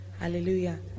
Hallelujah